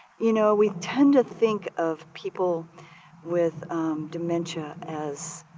you know, we tend to think of people with dementia as